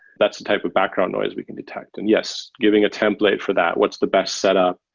that's the type of background noise we can detect. and yes, giving a template for that, what's the best set up?